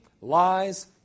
lies